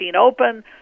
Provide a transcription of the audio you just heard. open